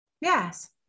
Yes